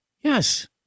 yes